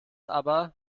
aber